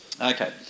Okay